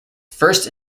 first